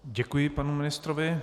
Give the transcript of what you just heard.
Děkuji panu ministrovi.